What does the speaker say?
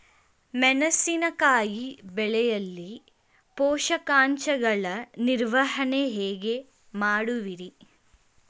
ಮೆಣಸಿನಕಾಯಿ ಬೆಳೆಯಲ್ಲಿ ಪೋಷಕಾಂಶಗಳ ನಿರ್ವಹಣೆ ಹೇಗೆ ಮಾಡುವಿರಿ?